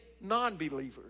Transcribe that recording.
non-believers